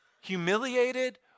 humiliated